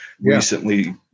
recently